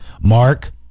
Mark